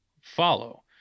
follow